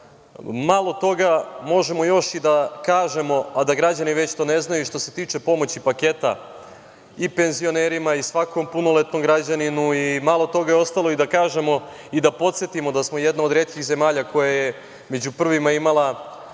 toga možemo još i da kažemo, a da građani već to ne znaju, i što se tiče pomoći paketa i penzionerima i svakom punoletnom građaninu i malo toga je ostalo i da kažemo i da podsetimo da smo jedna od retkih zemalja koja je među prvima imala